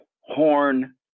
horn